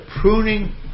pruning